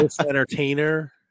entertainer